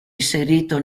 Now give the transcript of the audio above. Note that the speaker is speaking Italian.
inserito